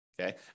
Okay